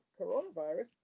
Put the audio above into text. coronavirus